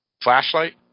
flashlight